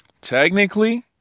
Technically